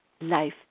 life